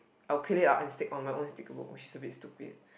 I will peel it out and stick on my own sticker book stupid stupid